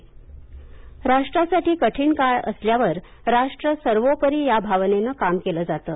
oxygen राष्ट्रासाठी कठीण काळ असल्यावर राष्ट्र सर्वोपरी या भावनेने काम केले जाते